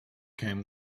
came